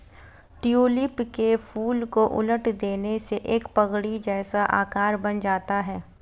tulip के फूल को उलट देने से एक पगड़ी जैसा आकार बन जाता है